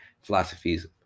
philosophies